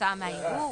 כתוצאה מהערעור,